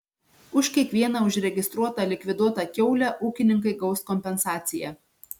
už kiekvieną užregistruotą likviduotą kiaulę ūkininkai gaus kompensaciją